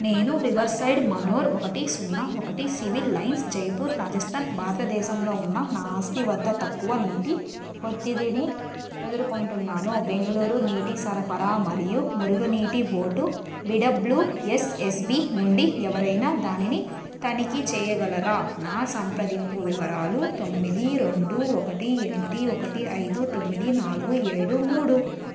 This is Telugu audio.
నేను రివర్ సైడ్ మనోర్ ఒకటి సున్నా ఒకటి సివిల్ లైన్స్ జైపూర్ రాజస్థాన్ భారతదేశంలో ఉన్న నా ఆస్తి వద్ద తక్కువ నీటి ఒత్తిడిని ఎదుర్కొంటున్నాను బెంగుళూరు నీటి సరఫరా మరియు మురుగు నీటి board B W S S B నుండి ఎవరైనా దానిని తనిఖీ చేయగలరా నా సంప్రదింపు వివరాలు తొమ్మిది రెండు ఒకటి ఎనిమిది ఒకటి ఐదు తొమ్మిది నాలుగు ఏడు మూడు